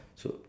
so